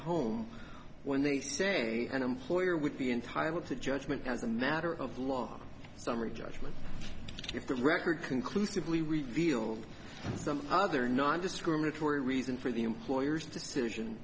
home when they say an employer would be entitled to judgment as a matter of law summary judgment if the record conclusively revealed some other nondiscriminatory reason for the employer's decision